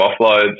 offloads